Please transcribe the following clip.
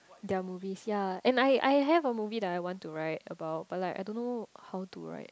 their movies yea and I I have a movie that I want to write about but like I don't know how to write